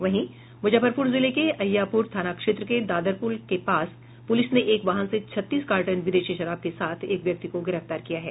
वहीं मुजफ्फरपुर जिले के अहियापुर थाना क्षेत्र के दादरपुल के पास पुलिस ने एक वाहन से छत्तीस कार्टन विदेशी शराब के साथ एक व्यक्ति को गिरफ्तार किया है